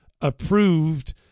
approved